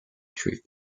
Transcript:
troupe